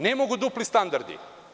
Ne mogu dupli standardi.